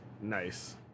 nice